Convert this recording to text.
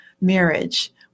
marriage